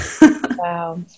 Wow